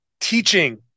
teaching